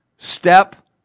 step